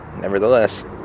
Nevertheless